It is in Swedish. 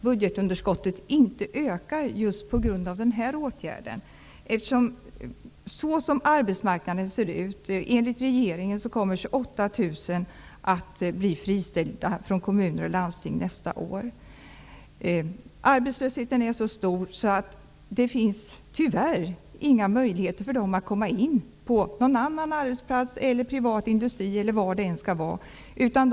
Budgetunderskottet ökar inte till följd av den åtgärd vi socialdemokrater har motionerat om. Arbetslösheten är så stor att det tyvärr inte finns några möjligheter för dessa människor att komma in på någon annan arbetsplats, t.ex. inom privat industri.